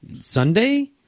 Sunday